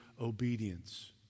obedience